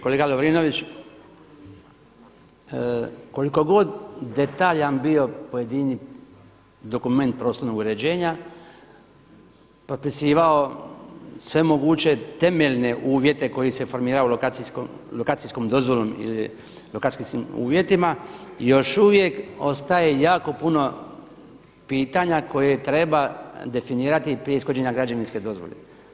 Kolega Lovrinović, koliko god detaljan bio pojedini dokument prostornog uređenja, potpisivao sve moguće temeljne uvjete koji se formiraju lokacijskom dozvolom ili lokacijskim uvjetima, još uvijek ostaje jako puno pitanja koje treba definirati prije ishođenja građevinske dozvole.